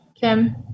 Kim